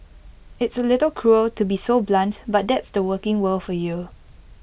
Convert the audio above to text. it's A little cruel to be so blunt but that's the working world for you